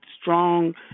strong